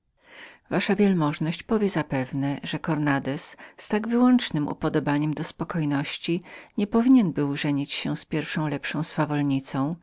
wasza wielmożność powie zapewne że cornandez z tak wyłącznem upodobaniem do spokojności nie powinien był żenić się z pierwszą lepszą swawolnicą